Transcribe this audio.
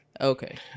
okay